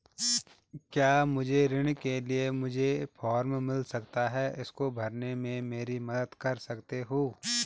क्या मुझे ऋण के लिए मुझे फार्म मिल सकता है इसको भरने में मेरी मदद कर सकते हो?